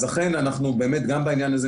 אז אכן באמת בעניין הזה,